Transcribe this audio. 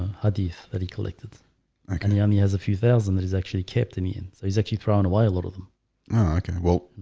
hadith that he collected i can young he has a few thousand that he's actually kept in me in so he's actually throwing away a lot of them well,